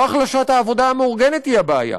לא החלשת העבודה המאורגנת היא הבעיה.